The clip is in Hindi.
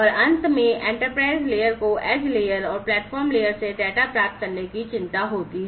और अंत में एंटरप्राइज़ लेयर को एज लेयर और प्लेटफ़ॉर्म लेयर से डेटा प्राप्त करने की चिंता होती है